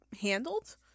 handled